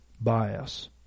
bias